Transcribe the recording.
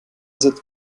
sitzt